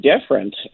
different